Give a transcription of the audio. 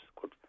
good